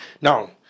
now